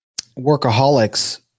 workaholics